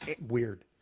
weird